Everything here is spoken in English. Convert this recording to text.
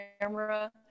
camera